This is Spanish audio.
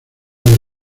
del